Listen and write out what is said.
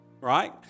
Right